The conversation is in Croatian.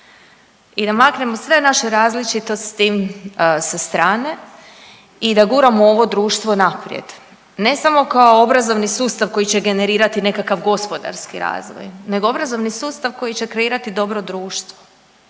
i da maknemo sve naše različitosti sa strane i da guramo ovo društvo naprijed, ne samo kao obrazovni sustav koji će generirati nekakav gospodarski razvoj nego obrazovni sustav koji će kreirati dobro društvo,